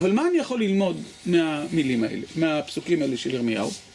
אבל מה אני יכול ללמוד מהמילים האלה, מהפסוקים האלה של ירמיהו?